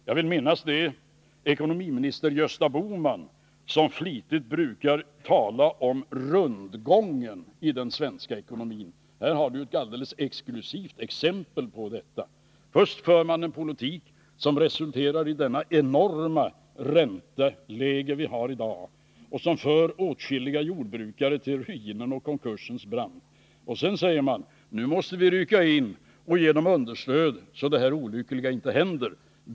Jag vill minnas att det är ekonomiministern Gösta Bohman som flitigt brukar tala om rundgång i den svenska ekonomin. Här har vi ett alldeles exklusivt exempel på detta. Först för man en politik som resulterar i det enorma ränteläge vi har i dag, som för åtskilliga jordbrukare till ruinens och konkursens brant, och sedan säger man: Nu måste vi rycka in och ge understöd så de här olyckorna inte inträffar.